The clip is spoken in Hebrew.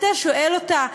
אתה שואל אותה?